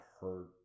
hurt